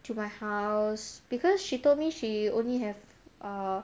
to my house because she told me she only have err